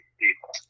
people